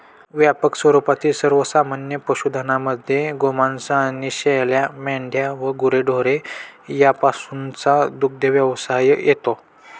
व्यापक स्वरूपातील सर्वमान्य पशुधनामध्ये गोमांस आणि शेळ्या, मेंढ्या व गुरेढोरे यापासूनचा दुग्धव्यवसाय येतो